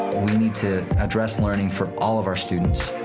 we need to address learning for all of our students.